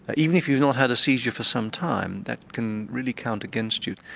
ah even if you've not had a seizure for some time, that can really count against you.